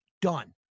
done